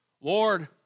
Lord